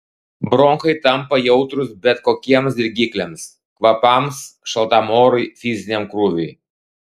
bronchai tampa jautrūs bet kokiems dirgikliams kvapams šaltam orui fiziniam krūviui